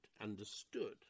understood